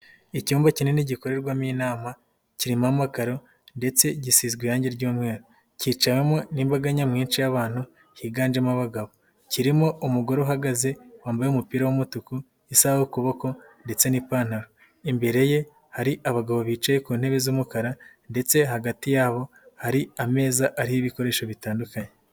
Icyumba kinini gikorerwamo inama kirimo amakaro ndetse gisizwe irangi ry'umweru, kicawemo n'imbaga nyamwinshi y'abantu higanjemo abagabo, kirimo umugore uhagaze wambaye umupira w'umutuku isaha ku kuboko ndetse n'ipantaro, imbere ye hari abagabo bicaye ku ntebe z'umukara ndetse hagati yabo hari ameza ariho ibikoresho bitandukanye.